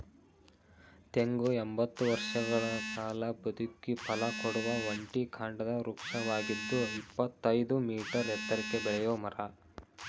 ತೆಂಗು ಎಂಬತ್ತು ವರ್ಷಗಳ ಕಾಲ ಬದುಕಿ ಫಲಕೊಡುವ ಒಂಟಿ ಕಾಂಡದ ವೃಕ್ಷವಾಗಿದ್ದು ಇಪ್ಪತ್ತಯ್ದು ಮೀಟರ್ ಎತ್ತರಕ್ಕೆ ಬೆಳೆಯೋ ಮರ